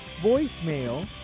voicemail